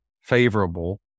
favorable